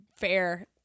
fair